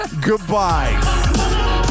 Goodbye